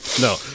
No